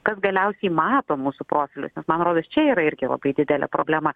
kad galiausiai mato mūsų profilius man rodos čia yra irgi labai didelė problema